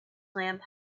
lamp